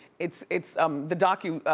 it's it's um the docu-series.